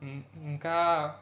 ఇంకా